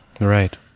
Right